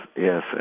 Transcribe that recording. yes